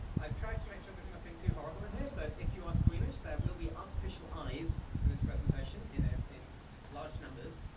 i've tried to make sure there's nothing too horrible in here but if you are squeamish there will be artificial eyes in this presentation in a, in large numbers.